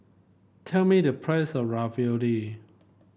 tell me the price of Ravioli